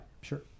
sure